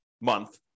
month